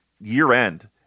year-end